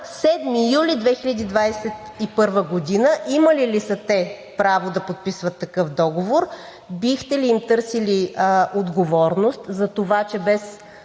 7 юли 2021 г. Имали ли са те право да подписват такъв договор? Бихте ли им търсили отговорност за това, че без